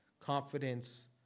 Confidence